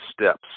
steps